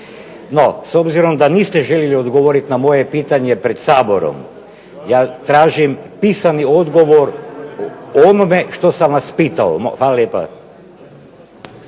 No, s obzirom da niste željeli odgovoriti na moje pitanje pred Saborom ja tražim pisani odgovor o onome što sam vas pitao. Hvala lijepa.